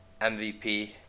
MVP